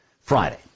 Friday